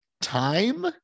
time